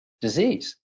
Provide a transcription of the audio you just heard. disease